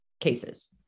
cases